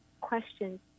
questions